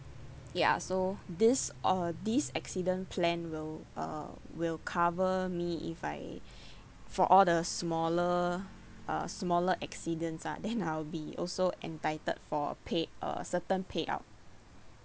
ya so this all this accident plan will uh will cover me if I for all the smaller uh smaller accidents ah then I'll be also entitled for paid uh certain payout